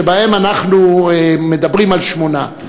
שבה אנחנו מדברים על שמונה.